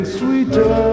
sweeter